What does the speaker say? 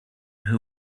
who